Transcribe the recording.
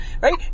Right